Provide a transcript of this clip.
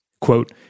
Quote